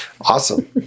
awesome